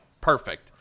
perfect